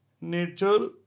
Nature